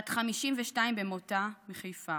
בת 52 במותה, מחיפה,